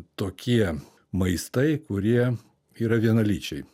tokie maistai kurie yra vienalyčiai